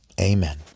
Amen